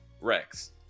Rex